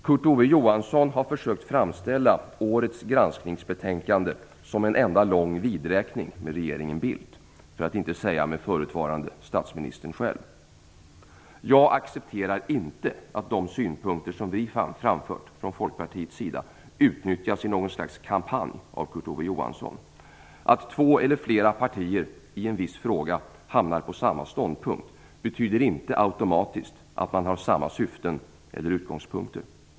Kurt Ove Johansson har försökt framställa årets granskningsbetänkande som en enda lång vidräkning med regeringen Bildt, för att inte säga med förutvarande statsministern själv. Jag accepterar inte att de synpunkter som vi har framfört från Folkpartiets sida utnyttjas i något slags kampanj av Kurt Ove Johansson. Att två eller flera partier i en viss fråga hamnar på samma ståndpunkt betyder inte automatiskt att man har samma syften eller utgångspunkter.